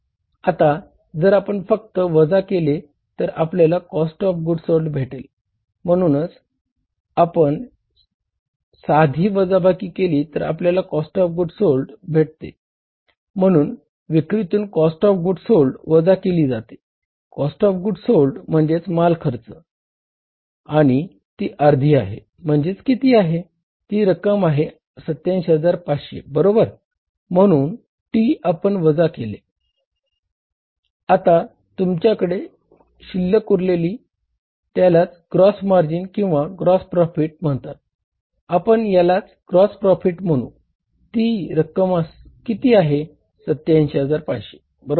आता जर आपण फक्त वजा केले तर आपल्याला COGS भेटेल म्हणून आपण साधी वजाबाकी केली की आपल्याला कॉस्ट ऑफ गुड्स सोल्ड म्हणू ती रक्कम किती आहे 87500 बरोबर